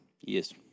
Yes